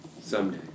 Someday